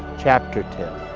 chapter two.